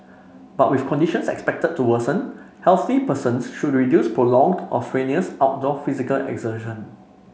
but with conditions expected to worsen healthy persons should reduce prolonged or strenuous outdoor physical exertion